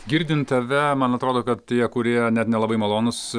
girdint tave man atrodo kad tie kurie net nelabai malonūs